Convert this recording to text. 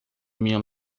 minha